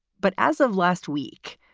but as of last week,